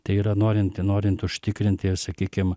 tai yra norinti norint užtikrinti sakykim